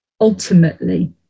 ultimately